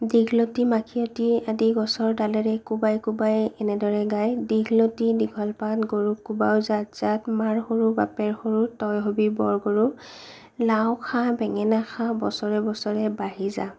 দীঘলতী মাখিলতী আদি গছৰ ডালেৰে কোবাই কোবাই এনেদৰে গায় দীঘলতী দীঘল পাত গৰুক কোবাও জাপ জাপ মাৰ সৰু বাপেৰ সৰু তই হবি বৰ গৰু লাও খা বেঙেনা খা বছৰে বছৰে বাঢ়ি যা